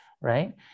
right